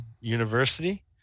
University